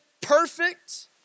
perfect